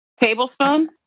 Tablespoon